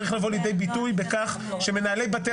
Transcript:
צריך לבוא לידי ביטוי בכך שמנהלי בתי